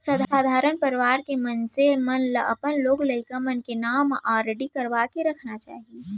सधारन परवार के मनसे मन ल अपन लोग लइका मन के नांव म आरडी करवा के रखना चाही